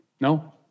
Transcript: no